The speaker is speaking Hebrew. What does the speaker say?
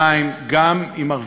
גם עם הפלסטינים בירושלים,